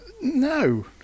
No